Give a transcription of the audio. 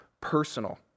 personal